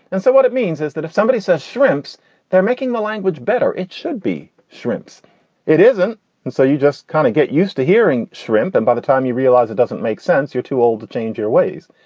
and so what it means is that if somebody says shrimp's they're making the language better. it should be shrimp's it isn't. and so you just kind of get used to hearing shrimp. and by the time you realize it doesn't make sense, you're too old to change your ways.